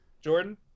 Jordan